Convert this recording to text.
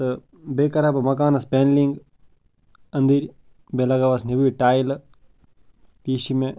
تہٕ بیٚیہِ کَرٕہا بہٕ مَکانَس پٮ۪نٛلِنٛگ أنٛدٕرۍ بیٚیہِ لَگاوَس نیٚبٕرۍ ٹایلہٕ تہِ یہِ چھِ مےٚ